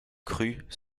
crut